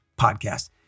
podcast